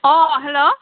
অঁ হেল্ল'